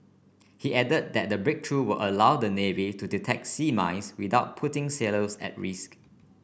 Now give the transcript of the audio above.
he added that the breakthrough will allow the navy to detect sea mines without putting sailors at risk